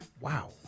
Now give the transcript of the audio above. Wow